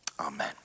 Amen